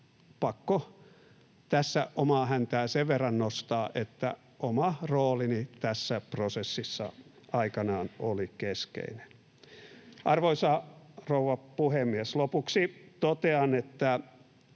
pakko tässä omaa häntää sen verran nostaa, että oma roolini tässä prosessissa oli aikanaan keskeinen. Arvoisa rouva puhemies! Lopuksi totean, että